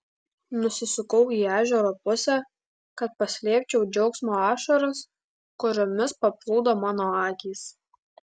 nusisukau į ežero pusę kad paslėpčiau džiaugsmo ašaras kuriomis paplūdo mano akys